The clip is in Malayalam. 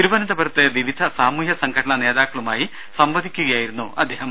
തിരുവനന്തപുരത്ത് വിവിധ സാമൂഹ്യ സംഘടനാ നേതാക്കളുമായി സംവദിക്കുകയായിരുന്നു അദ്ദേഹം